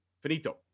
finito